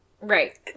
Right